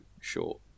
short